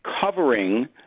covering